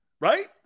Right